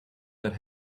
that